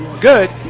good